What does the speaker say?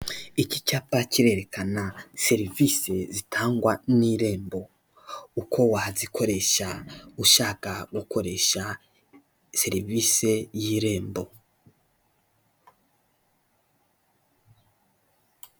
Iki cyapa kirerekana serivisi zitangwa n'irembo, uko wazikoresha ushaka gukoresha serivisi y'irembo.